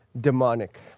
Demonic